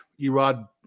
Erod